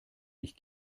ich